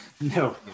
no